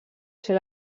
ser